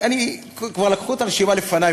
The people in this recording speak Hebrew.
כבר לקחו את הרשימה לפני,